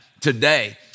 today